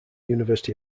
university